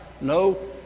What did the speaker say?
No